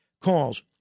calls